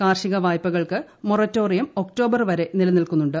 കാർഷിക വായ്പകൾക്ക് moratorium October വരെ നിലനിൽക്കുന്നുണ്ട്